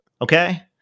Okay